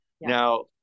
Now